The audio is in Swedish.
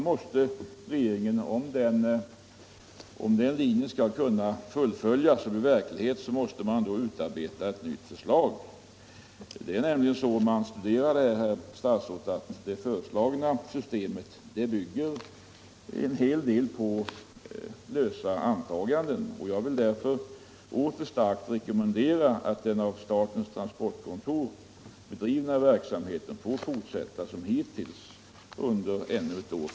Men om den linjen skall kunna fullföljas och bli verklighet måste regeringen utarbeta ett nytt förslag. Om man studerar detta ärende finner man nämligen, herr statsråd, att det av regeringen föreslagna systemet till stor del bygger på lösa antaganden. Jag vill mot denna bakgrund, herr talman, åter starkt rekommendera att den av statens transportkontor bedrivna verksamheten får fortsätta ännu ett år.